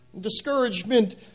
Discouragement